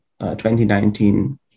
2019